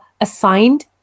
assigned